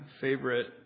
favorite